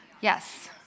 Yes